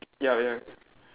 ya ya